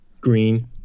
Green